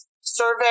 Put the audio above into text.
survey